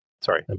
Sorry